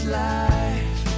life